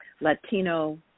Latino